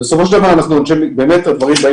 אבל לצערי, באמת, חבר'ה,